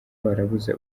barabuze